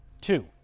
two